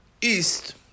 east